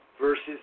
versus